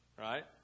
Right